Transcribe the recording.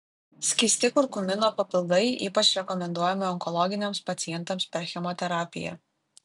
skysti kurkumino papildai ypač rekomenduojami onkologiniams pacientams per chemoterapiją